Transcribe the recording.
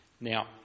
Now